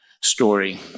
story